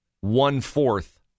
one-fourth